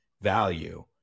value